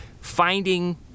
finding